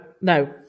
no